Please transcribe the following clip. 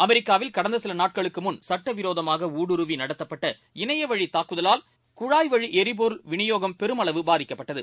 அமெரிக்காவில் கடந்தசிலநாட்களுக்குமுன் சட்டவிரோதமாகஊடுருவிநடத்தப்பட்ட இணையவழிதாக்குதலால் குழாய்வழிஎரிபொருள் விநியோகம் பெருமளவு பாதிக்கப்பட்டது